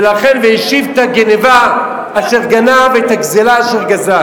ולכן, והשיב את הגנבה אשר גנב, את הגזלה אשר גזל.